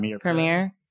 Premiere